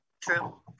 true